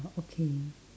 oh okay